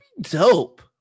dope